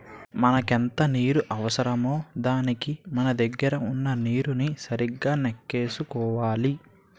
మనకెంత నీరు అవసరమో దానికి మన దగ్గర వున్న నీరుని సరిగా నెక్కేసుకోవాలి